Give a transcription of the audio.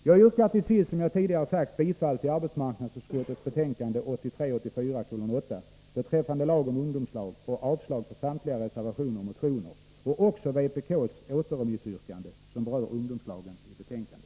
Jag yrkar som jag tidigare sagt bifall till arbetsmarknadsutskottets hemställan i betänkande 1983/84:8 beträffande lag om ungdomslag, och avslag på samtliga de reservationer och motioner som berör ungdomslagen samt också på vpk:s återremissyrkande.